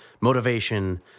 motivation